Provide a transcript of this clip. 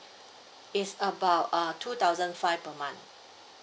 it's about uh two thousand five per month